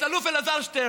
את אלוף אלעזר שטרן,